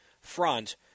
front